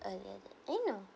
earlier than you know